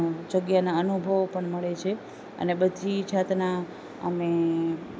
જગ્યાના અનુભવો પણ મળે છે અને બધી જાતના અમે